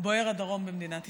בוער הדרום במדינת ישראל.